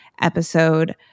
episode